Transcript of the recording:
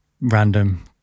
random